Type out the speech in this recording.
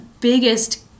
biggest